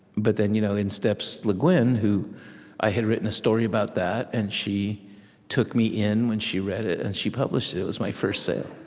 but then, you know in steps le guin, who i had written a story about that, and she took me in when she read it, and she published it. it was my first sale.